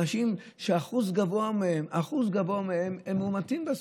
אנשים שאחוז גבוה מהם הם מאומתים בסוף.